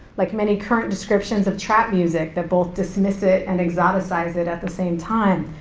like many current descriptions of trap music that both dismiss it and exoticize it at the same time,